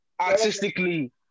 artistically